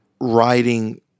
writing